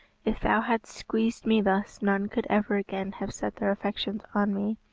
if thou hadst squeezed me thus, none could ever again have set their affections on me.